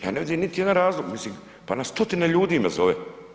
Ja ne vidim niti jedan razlog, mislim, pa na stotine ljudi me zove.